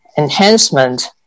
Enhancement